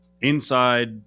inside